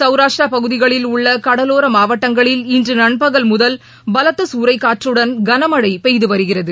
சௌராஷ்டிராபகுதிகளில் உள்ளகடலோரமாவட்டங்களில் இன்றுநன்பகல் முதல் பலத்தகுறைகாற்றுடன் கனமழைபெய்துவருகிறது